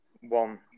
one